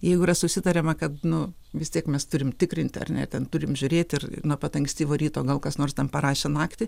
jeigu yra susitariama kad nu vis tiek mes turim tikrinti ar ne ten turim žiūrėti ir nuo pat ankstyvo ryto gal kas nors ten parašė naktį